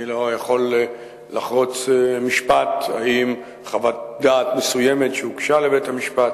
אני לא יכול לחרוץ משפט אם חוות דעת מסוימת שהוגשה לבית-המשפט